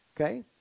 okay